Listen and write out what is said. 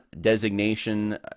designation